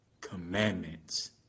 commandments